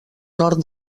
nord